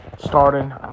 starting